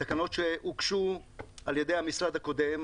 תקנות שהוגשו על ידי המשרד הקודם,